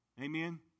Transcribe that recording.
Amen